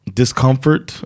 discomfort